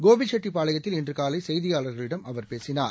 கோபிசெட்டிப்பாளையத்தில் இன்றுகாலைசெய்தியாளர்களிடம் அவர் பேசினார்